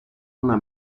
una